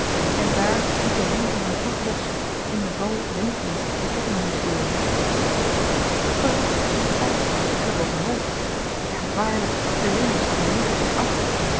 en daar liet de ring van zijn voet los in den val rinkelend den ketting meesleurend verrast hief paddeltje zich op den elleboog omhoog ja waarlijk de ring was van zijn linkervoet af